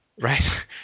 right